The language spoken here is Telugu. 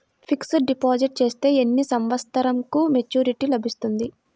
ఫిక్స్డ్ డిపాజిట్ చేస్తే ఎన్ని సంవత్సరంకు మెచూరిటీ లభిస్తుంది?